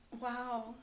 Wow